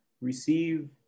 receive